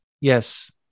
Yes